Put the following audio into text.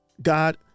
God